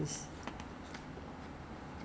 他的他的 ingredients like 蛮 natural 的 lah